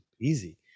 easy